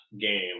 game